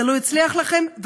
זה לא הצליח לכם,